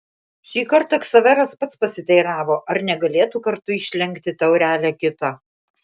šį kartą ksaveras pats pasiteiravo ar negalėtų kartu išlenkti taurelę kitą